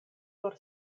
por